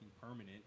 permanent